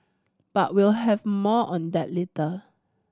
but we'll have more on that later